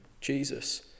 Jesus